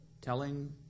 telling